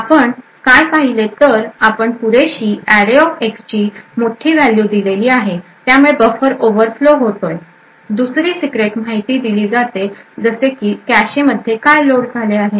आपण काय पाहिले तर आपण पुरेशी arrayx ची मोठी व्हॅल्यू दिलेली आहे त्यामुळे बफर ओवरफ्लो होते दुसरी सिक्रेट माहिती दिली जाते जसे की कॅशे मध्ये काय लोड झाले आहे